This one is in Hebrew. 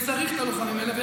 כי הוא צריך את הלוחמים האלה,